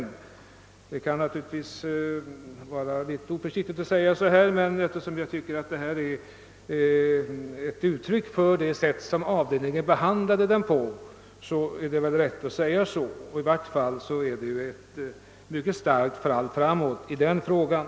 Det kan naturligtvis vara oförsiktigt att säga så här, men jag tycker att detta är ett uttryck för avdelningens syn på dessa frågor. I vart fall innebär uttalandet ett starkt fall framåt för frågan.